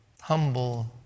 Humble